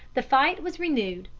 the fight was renewed,